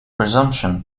presumption